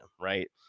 right